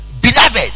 beloved